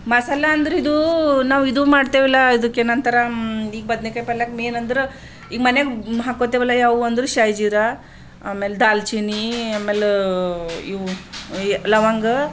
ಮಸಾಲಂದ್ರೆ ಇದು ನಾವು ಇದು ಮಾಡ್ತೇವಲ್ಲ ಇದಕ್ಕೆ ಏನಂತಾರೆ ಈಗ ಬದನೇಕಾಯಿ ಪಲ್ಯಕ್ಕೆ ಮೇಯ್ನಂದ್ರೆ ಈಗ ಮನೆಗೆ ಹಾಕ್ಕೋತ್ತೇವಲ್ಲ ಯಾವುವು ಅಂದ್ರೆ ಶಾಹಿಜೀರ ಆಮೇಲ ದಾಲ್ಚಿನ್ನಿ ಆಮೇಲೆ ಇವು ಲವಂಗ